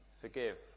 Forgive